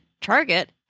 Target